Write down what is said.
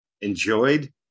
enjoyed